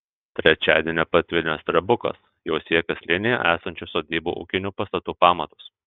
trečiadienį patvinęs strebukas jau siekė slėnyje esančių sodybų ūkinių pastatų pamatus